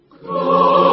glory